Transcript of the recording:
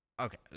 okay